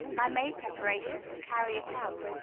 and i made preparations to carry it out.